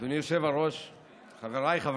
של הצד